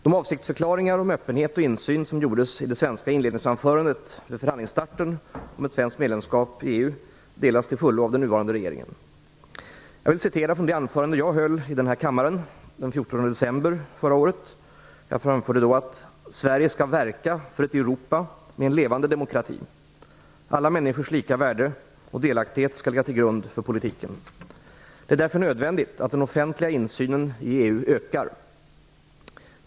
De avsiktsförklaringar om öppenhet och insyn som gjordes i det svenska inledningsanförandet vid förhandlingsstarten om ett svenskt medlemskap i EU delas till fullo av den nuvarande regeringen. Jag vill citera från det anförande jag höll i den här kammaren den 14 december förra året. Jag framförde då att: "Sverige skall verka för ett Europa med en levande demokrati. Alla människors lika värde och delaktighet skall ligga till grund för politiken. Det är därför nödvändigt att den offentliga insynen i EU ökar.